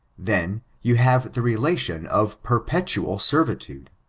then, you have the relation of perpetual servitude.